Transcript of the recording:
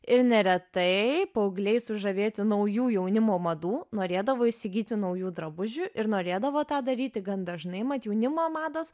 ir neretai paaugliai sužavėti naujų jaunimo madų norėdavo įsigyti naujų drabužių ir norėdavo tą daryti gan dažnai mat jaunimo mados